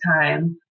time